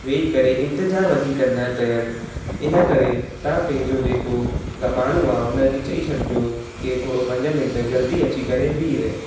वेही करे इंतिज़ारु वधीक न कयनि हिन करे तव्हां पंहिंजो जेको ग माण्हू आहे हुन खे चई छॾिजो की थोरो पंज मिंट जल्दी अची करे बिहु रहे